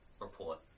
report